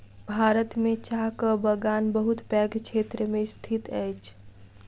भारत में चाहक बगान बहुत पैघ क्षेत्र में स्थित अछि